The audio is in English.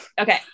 Okay